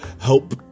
help